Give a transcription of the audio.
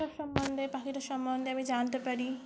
সম্বন্ধে পাখিটা সম্বন্ধে আমি জানতে পারি